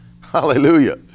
Hallelujah